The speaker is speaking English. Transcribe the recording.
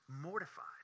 mortified